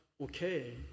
okay